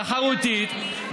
תחרותית,